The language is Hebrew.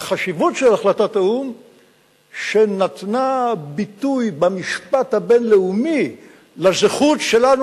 והחשיבות של החלטת האו"ם שנתנה ביטוי במשפט הבין-לאומי לזכות שלנו,